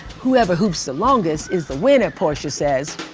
whoever hoops the longest is the winner, portia says.